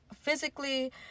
physically